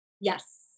Yes